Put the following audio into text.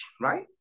right